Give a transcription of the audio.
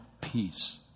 peace